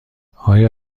آیا